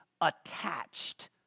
attached